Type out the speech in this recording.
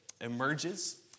emerges